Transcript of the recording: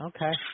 Okay